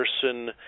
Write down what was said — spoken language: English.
person